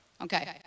okay